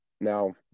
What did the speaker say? now